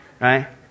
right